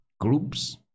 groups